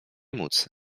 móc